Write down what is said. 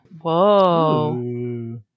whoa